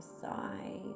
side